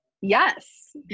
Yes